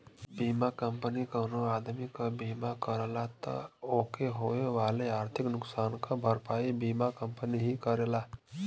बीमा कंपनी कउनो आदमी क बीमा करला त ओके होए वाले आर्थिक नुकसान क भरपाई बीमा कंपनी ही करेला